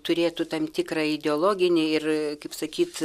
turėtų tam tikrą ideologinį ir kaip sakyt